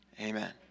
Amen